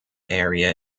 area